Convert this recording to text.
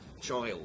child